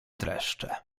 dreszcze